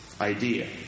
idea